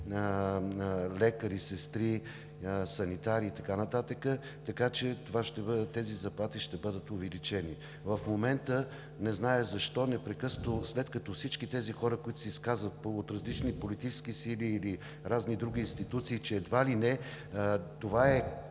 лекарите, сестрите, санитарите и така нататък, така че тези заплати ще бъдат увеличени. В момента не зная защо всички тези хора се изказват – от различни политически сили или разни други институции, че едва ли не това е